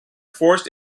forced